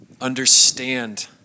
understand